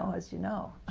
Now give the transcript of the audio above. um as you know.